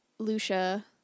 Lucia